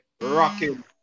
rocking